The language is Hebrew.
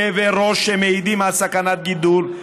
כאבי ראש שמעידים על סכנת גידול,